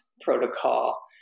protocol